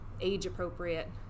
age-appropriate